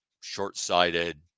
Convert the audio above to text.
short-sighted